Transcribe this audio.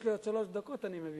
יש לי עוד שלוש דקות, אני מבין.